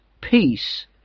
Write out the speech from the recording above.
Peace